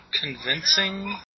convincing